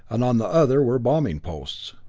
and on the other were bombing posts.